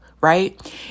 Right